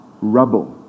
Rubble